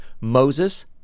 Moses